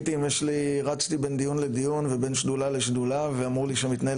רצתי בין דיון לדיון ושדולה לשדולה ואמרו לי שמתנהל